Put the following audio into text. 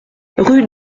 rue